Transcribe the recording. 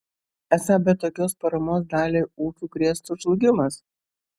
esą be tokios paramos daliai ūkių grėstų žlugimas